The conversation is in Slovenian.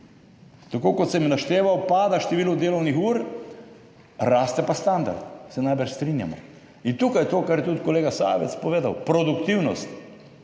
Tako kot sem jih našteval, pada število delovnih ur, raste pa standard, to se najbrž strinjamo. In tukaj je to, kar je tudi kolega Sajovic povedal – produktivnost.